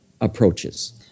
approaches